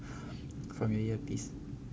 from your ear piece